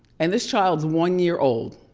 and this child is one year old.